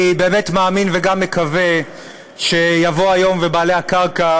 אני באמת מאמין וגם מקווה שיבוא היום ובעלי הקרקע